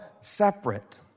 separate